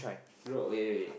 no wait wait wait